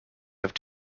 have